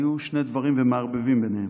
היו שני דברים ומערבבים ביניהם.